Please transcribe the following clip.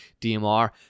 DMR